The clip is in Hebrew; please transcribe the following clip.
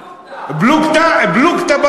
פלוגתא, פלוגתא.